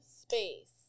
space